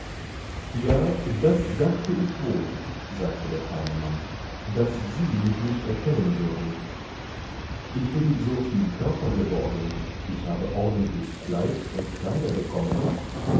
ja das dachte ich wohl sagte der feine mann daß sie mich nicht erkennen würden ich bin so viel körper geworden ich habe ordentlich fleisch und kleider bekommen